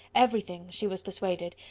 every thing, she was persuaded,